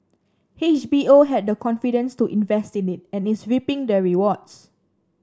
H B O had the confidence to invest in it and is reaping the rewards